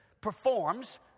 performs